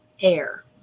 air